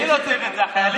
מי לא צריך את זה, החיילים?